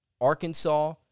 Arkansas